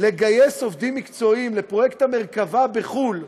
לגייס עובדים מקצועיים לפרויקט המרכבה בחו"ל.